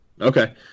Okay